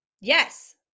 Yes